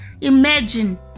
Imagine